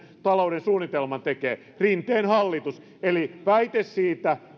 talouden suunnitelman tekee rinteen hallitus eli väite siitä